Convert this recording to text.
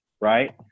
right